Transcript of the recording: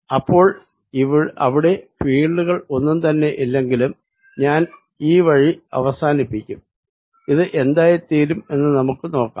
അപ്പോൾ അവിടെ ഫീൽഡുകൾ ഒന്നും തന്നെ ഇല്ലെങ്കിലും ഞാൻ ഈ വഴി അവസാനിപ്പിക്കും ഇത് എന്തായിത്തീരും എന്ന നമുക്ക് നോക്കാം